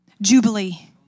Jubilee